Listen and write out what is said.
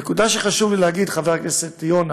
נקודה שחשוב לי להגיד, חבר הכנסת יונה,